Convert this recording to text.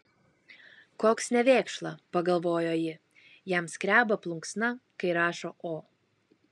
koks nevėkšla pagalvojo ji jam skreba plunksna kai rašo o